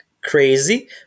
crazy